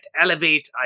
Elevate